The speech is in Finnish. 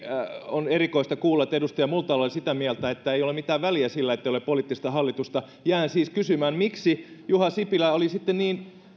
on erikoista kuulla että edustaja multala on sitä mieltä että ei ole mitään väliä sillä ettei ole poliittista hallitusta jään siis kysymään miksi juha sipilä oli sitten niin